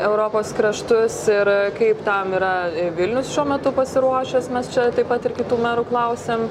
europos kraštus ir kaip tam yra vilnius šiuo metu pasiruošęs mes čia taip pat ir kitų merų klausėm